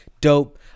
Dope